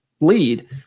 lead